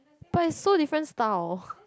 but is so different style